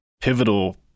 pivotal